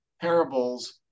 parables